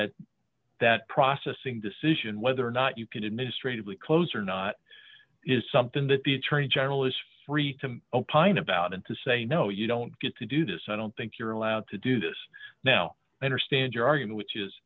that that processing decision whether or not you can administratively close or not is something that the attorney general is free to opine about and to say no you don't get to do this i don't think you're allowed to do this now i understand your argument which is